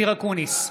אני אמרתי,